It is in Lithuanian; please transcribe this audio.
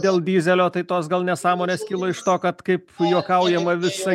dėl dyzelio tai tos gal nesąmonės kilo iš to kad kaip juokaujama visa